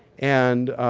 and